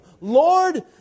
Lord